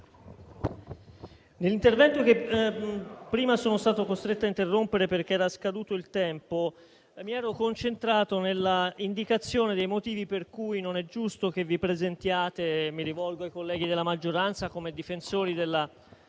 nell'intervento che prima sono stato costretto a interrompere perché era scaduto il tempo, mi ero concentrato sull'indicazione dei motivi per cui non è giusto che vi presentiate - mi rivolgo ai colleghi della maggioranza - come difensori della